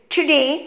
Today